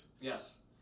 yes